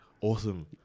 awesome